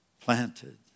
Planted